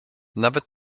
nawet